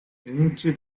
into